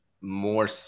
more –